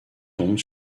tombe